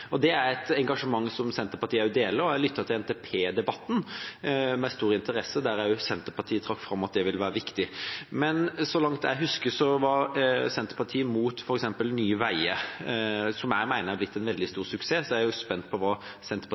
Det er et engasjement som Senterpartiet deler. Jeg lyttet til NTP-debatten med stor interesse, der også Senterpartiet trakk fram at det vil være viktig. Så langt jeg husker, var Senterpartiet imot f.eks. Nye Veier, som jeg mener er blitt en veldig stor suksess, så jeg er spent på hva